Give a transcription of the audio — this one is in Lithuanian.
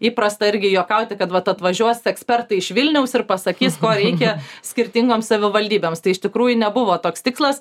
įprasta irgi juokauti kad vat atvažiuos ekspertai iš vilniaus ir pasakys ko reikia skirtingoms savivaldybėms tai iš tikrųjų nebuvo toks tikslas